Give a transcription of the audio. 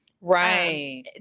Right